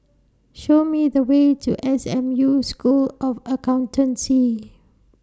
Show Me The Way to S M U School of Accountancy